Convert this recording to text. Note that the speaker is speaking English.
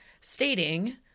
stating